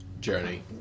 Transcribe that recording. journey